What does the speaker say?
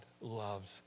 loves